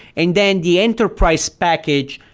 and then the enterprise package,